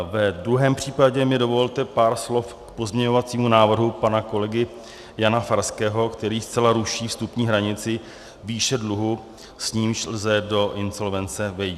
Ve druhém případě mi dovolte pár slov k pozměňovacímu návrhu pana kolegy Jana Farského, který zcela ruší vstupní hranici výše dluhu, s nímž lze do insolvence vejít.